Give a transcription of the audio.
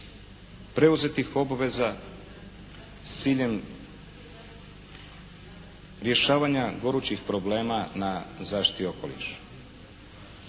preuzetih obveza s ciljem rješavanja gorućih problema na zaštiti okoliša.